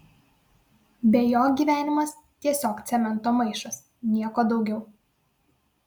be jo gyvenimas tiesiog cemento maišas nieko daugiau